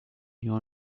your